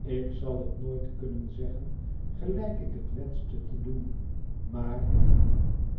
ik zal het nooit kunnen zeggen gelijk ik het wenschte te doen maar